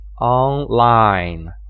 online